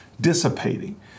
dissipating